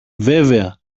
βέβαια